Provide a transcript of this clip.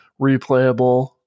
replayable